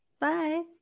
Bye